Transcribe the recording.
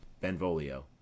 Benvolio